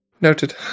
Noted